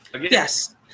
Yes